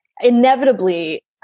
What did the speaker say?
inevitably